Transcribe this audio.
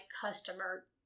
customer